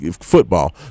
football